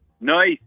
nice